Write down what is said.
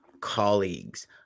colleagues